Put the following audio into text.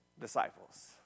disciples